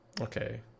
Okay